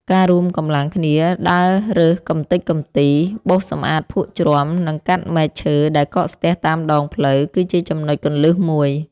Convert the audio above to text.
ការរួមកម្លាំងគ្នាដើររើសកម្ទេចកម្ទី បោសសម្អាតភក់ជ្រាំ និងកាត់មែកឈើដែលកកស្ទះតាមដងផ្លូវ គឺជាចំណុចគន្លឹះមួយ។